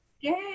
Yay